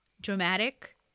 dramatic